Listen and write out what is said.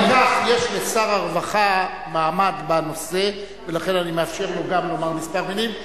יש לשר הרווחה מעמד בנושא ולכן אני מאפשר לו גם לומר כמה מלים,